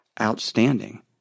outstanding